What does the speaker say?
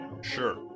Sure